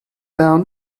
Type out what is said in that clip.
down